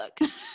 books